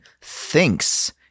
thinks